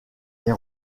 est